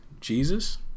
Jesus